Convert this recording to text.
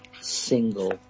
single